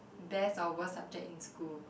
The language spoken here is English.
best or worst subject in school